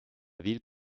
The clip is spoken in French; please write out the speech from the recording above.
ville